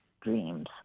dreams